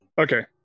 okay